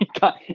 got